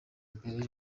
imbere